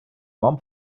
вам